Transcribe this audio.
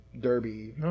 Derby